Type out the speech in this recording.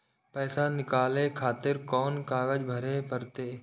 पैसा नीकाले खातिर कोन कागज भरे परतें?